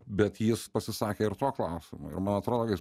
bet jis pasisakė ir tuo klausimu ir man atrodo kad